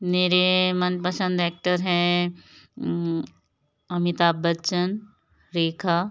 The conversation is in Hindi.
मेरे मनपसंद एक्टर हैं अमिताभ बच्चन रेखा